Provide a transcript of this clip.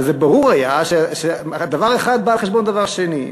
וברור היה שדבר אחד בא על חשבון דבר שני.